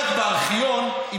מוטי יוגב, תודה שאמרת לי את זה.